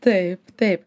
taip taip